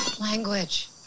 Language